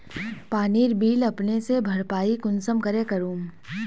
पानीर बिल अपने से भरपाई कुंसम करे करूम?